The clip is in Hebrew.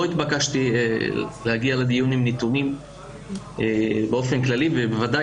לא התבקשתי להגיע לדיון עם נתונים באופן כללי ובוודאי